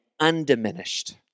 undiminished